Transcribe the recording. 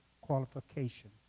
qualification